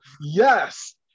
yes